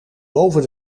boven